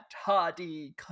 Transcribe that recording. Hardy